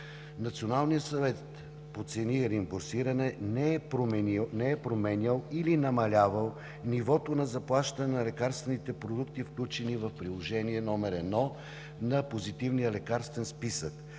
Националният съвет по цени и реимбурсиране не е променял или намалявал нивото на заплащане на лекарствените продукти, включени в Приложение № 1 на Позитивния лекарствен списък,